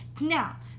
now